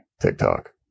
TikTok